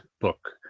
book